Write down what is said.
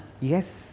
Yes